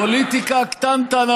אתה אומר,